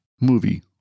movie